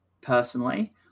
personally